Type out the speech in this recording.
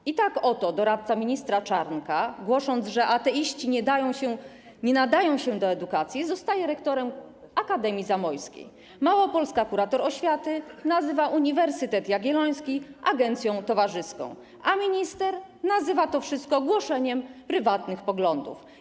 I tak oto doradca ministra Czarnka, głosząc, że ateiści nie nadają się do edukacji, zostaje rektorem Akademii Zamojskiej, małopolska kurator oświaty nazywa Uniwersytet Jagielloński agencją towarzyską, a minister nazywa to wszystko głoszeniem prywatnych poglądów.